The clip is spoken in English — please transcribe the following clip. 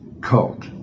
cult